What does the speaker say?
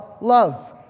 love